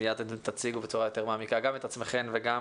מיד תציגו בצורה יותר מעמיקה גם את עצמכן וגם